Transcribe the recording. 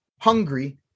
hungry